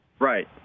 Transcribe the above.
Right